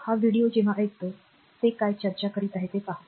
हा व्हिडिओ केव्हा ऐकतो ते काय चर्चा करीत आहे ते पहा